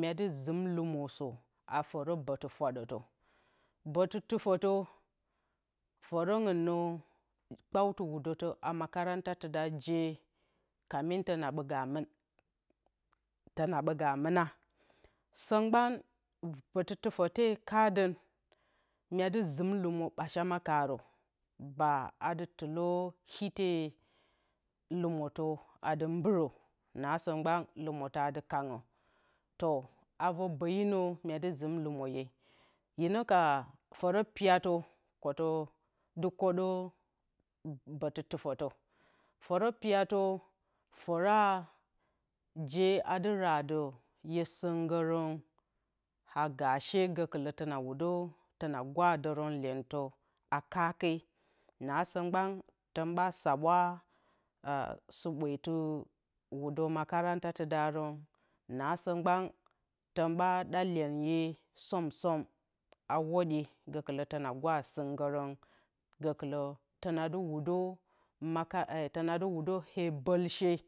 myedɨ zɨm lǝmǝsǝ a fǝrǝ bǝtɨ fwaɗutǝ bǝtɨ tufǝtǝ fǝrǝngɨn nǝ kpǝutɨ wudo ta a makaranta jee kamin tɨna ɓǝ ga mɨna sǝ mgban ɓutɨ tufǝte e kaaɗun mye dɨ zɨm lumǝ ɓasham karǝ baa adɨ tɨle ite lumǝtǝ adin buro asɨ mbɨrǝnasǝ mgban lumlutlu asli kangǝ too avǝe ɓuyinǝ myedɨ zɨm lumǝye hina ka fǝrǝ piyatǝ kǝtǝ dɨ kǝɗǝ bǝtí tufǝtǝ fǝrǝ piyatǝ fǝra jee adɨ radǝ ye sɨngǝrǝn a gashee gǝkɨlǝ tǝna wudo gwadǝrǝnlyentǝ a kake nasǝ mgban tǝn ɓa swaɓwa sɨɓwetɨ wudǝ makaratatɨdarǝn nasǝ mgban tǝn ɓa ɗa lyenye somsom a whudye gǝkɨlǝ tǝna gwadǝ sɨnggɨrǝn gǝkɨlǝ́ tɨna wudǝ tɨna wudǝ pe bǝlshee